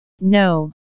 No